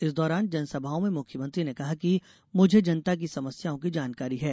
इस दौरान जनसभाओं में मुख्यमंत्री ने कहा कि मुझे जनता की समस्याओं की जानकारी है